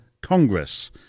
Congress